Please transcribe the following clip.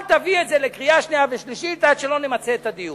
אל תביא את זה לקריאה שנייה ושלישית עד שלא נמצה את הדיון.